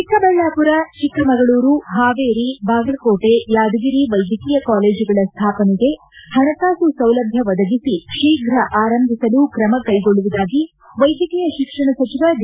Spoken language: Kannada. ಚಿಕ್ಕಬಳ್ಳಾಪುರ ಚಿಕ್ಕಮಗಳೂರು ಪಾವೇರಿ ಬಾಗಲಕೋಟೆ ಯಾದಗಿರಿ ವೈದ್ಯಕೀಯ ಕಾಲೇಜುಗಳ ಸ್ಥಾಪನೆಗೆ ಪಣಕಾಸು ಸೌಲಭ್ಯ ಒದಗಿಸಿ ಶೀಘ ಆರಂಭಿಸಲು ಕ್ರಮ ಕೈಗೊಳ್ಳುವುದಾಗಿ ವೈದ್ಯಕೀಯ ಶಿಕ್ಷಣ ಸಜಿವ ಡಿ